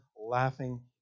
laughing